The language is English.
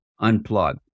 unplug